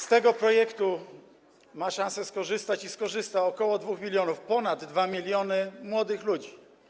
Z tego projektu ma szanse skorzystać i skorzysta ok. 2 mln, ponad 2 mln młodych ludzi.